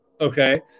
okay